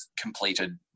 completed